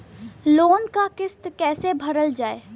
Loan क किस्त कैसे भरल जाए?